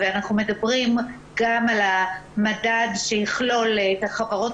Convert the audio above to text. ואנחנו מדברים גם על המדד שיכלול את החברות